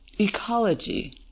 ecology